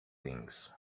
things